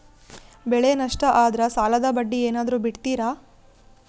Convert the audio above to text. ಬೆಳೆ ನಷ್ಟ ಆದ್ರ ಸಾಲದ ಬಡ್ಡಿ ಏನಾದ್ರು ಬಿಡ್ತಿರಾ?